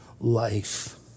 Life